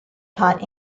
taught